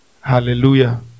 hallelujah